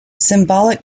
symbolic